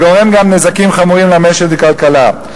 וגורם גם נזקים חמורים למשק ולכלכלה.